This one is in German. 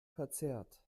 verzerrt